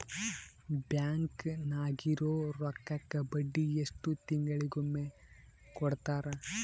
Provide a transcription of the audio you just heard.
Bank ನಾಗಿರೋ ರೊಕ್ಕಕ್ಕ ಬಡ್ಡಿ ಎಷ್ಟು ತಿಂಗಳಿಗೊಮ್ಮೆ ಕೊಡ್ತಾರ?